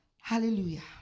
Hallelujah